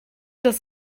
dass